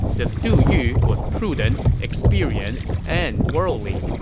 this du yu was prudent, experienced, and worldly.